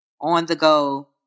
on-the-go